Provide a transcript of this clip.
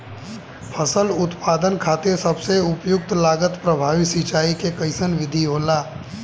फसल उत्पादन खातिर सबसे उपयुक्त लागत प्रभावी सिंचाई के कइसन विधि होला?